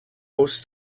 host